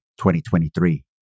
2023